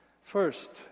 first